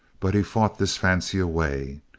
but he fought this fancy away.